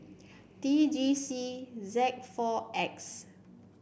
T G C Z four X